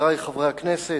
חברי חברי הכנסת,